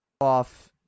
off